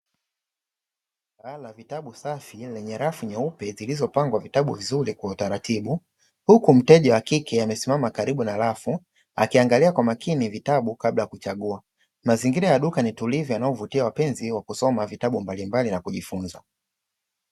Duka la vitabu safi lenye rafu nyeupe zilizopangwa vitabu vizuri kwa utaratibu. Huku mteja wa kike amesimama karibu na rafu akiangalia kwa makini vitabu kabla ya kuchagua. Mazingira ya duka ni tulivu yanayovutia wapenzi wa kusoma vitabu mbalimbali na kujifunza.